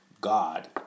God